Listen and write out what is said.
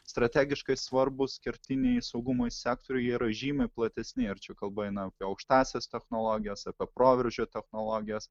strategiškai svarbūs kertiniai saugumui sektoriui yra žymiai platesni ir čia kalba eina apie aukštąsias technologijas apie proveržio technologijas